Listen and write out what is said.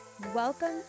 welcome